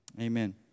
Amen